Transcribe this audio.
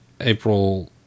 April